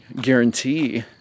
guarantee